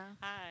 Hi